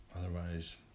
Otherwise